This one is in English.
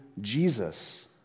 Jesus